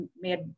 made